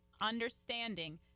understanding